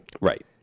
Right